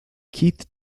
keith